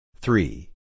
Three